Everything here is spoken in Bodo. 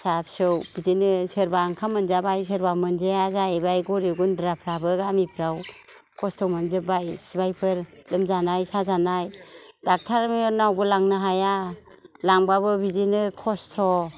फिसा फिसौ बिदिनो सोरबा ओंखाम मोनजाबाय सोरबा मोनजायाखै जाहैबाय गरिब गुनद्राफ्राबो गामिफ्राव खस्थ' मोनजोबबाय सिबायफोर लोमजानाय साजानाय डक्टारनावबो लांनो हाया लांबाबो बिदिनो खस्थ'